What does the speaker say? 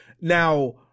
Now